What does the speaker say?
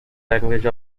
language